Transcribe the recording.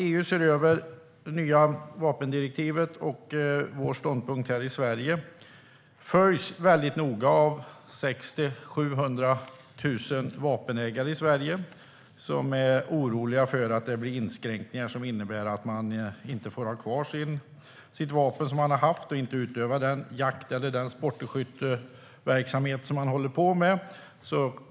EU:s översyn av vapendirektivet och vår ståndpunkt här i Sverige följs noggrant av 600 000-700 000 vapenägare i landet, vilka är oroliga för att det ska bli inskränkningar som innebär att man inte får ha kvar det vapen man har haft och inte kan utöva den jakt eller den sportskytteverksamhet som man håller på med.